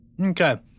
Okay